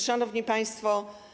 Szanowni Państwo!